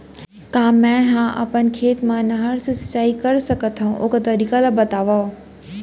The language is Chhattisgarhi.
का मै ह अपन खेत मा नहर से सिंचाई कर सकथो, ओखर तरीका ला बतावव?